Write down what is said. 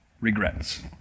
regrets